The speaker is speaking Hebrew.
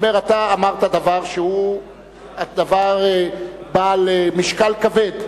הוא אומר, אתה אמרת דבר שהוא בעל משקל כבד: